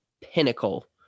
pinnacle